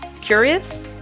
Curious